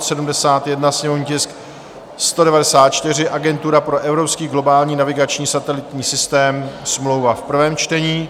71, sněmovní tisk 194, Agentura pro evropský globální navigační satelitní systém, smlouva v prvém čtení;